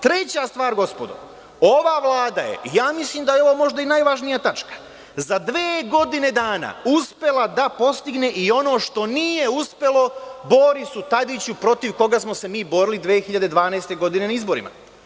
Treća stvar, gospodo, ova Vlada je, ja mislim da je ovo možda i najvažnija tačka, za dve godine dana uspela da postigne i ono što nije uspelo Borisu Tadiću, protiv koga smo se mi borili 2012. godine na izborima.